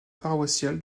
paroissiales